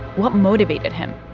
what motivated him?